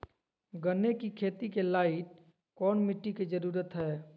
गन्ने की खेती के लाइट कौन मिट्टी की जरूरत है?